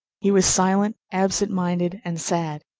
he was silent, absent-minded, and sad.